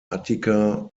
attika